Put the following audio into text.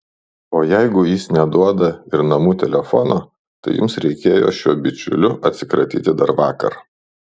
o jeigu jis neduoda ir namų telefono tai jums reikėjo šiuo bičiuliu atsikratyti dar vakar